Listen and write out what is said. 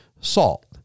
salt